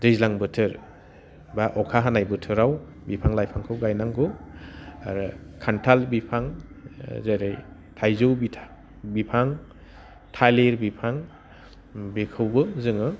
दैज्लां बोथोर बा अखा हानाय बोथोराव बिफां लाइफांखौ गायनांगौ आरो खान्थाल बिफां जेरै थाइजौ बिफां थालिर बिफां बेखौबो जोङो